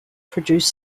produce